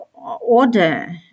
order